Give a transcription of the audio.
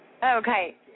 Okay